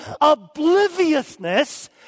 obliviousness